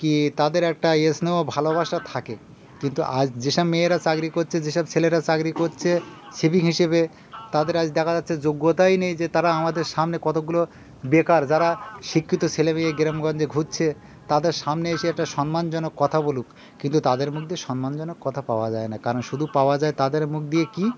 কী তাদের একটা স্নেহ ভালোবাসা থাকে কিন্তু আজ যে সব মেয়েরা চাকরি করছে যে সব ছেলেরা চাকরি করছে সিভিক হিসেবে তাদের আজ দেখা যাচ্ছে যোগ্যতাই নেই যে তারা আমাদের সামনে কতগুলো বেকার যারা শিক্ষিত ছেলে মেয়ে গ্রামগঞ্জে ঘুরছে তাদের সামনে এসে একটা সম্মানজনক কথা বলুক কিন্তু তাদের মুখ দিয়ে সম্মানজনক কথা পাওয়া যায় না কারণ শুধু পাওয়া যায় তাদের মুখ দিয়ে কী